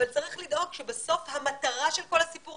אבל צריך לדאוג שבסוף המטרה של כל הסיפור